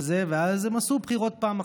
ואז הם עשו בחירות פעם אחת.